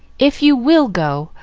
if you will go,